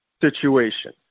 situation